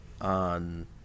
on